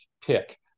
pick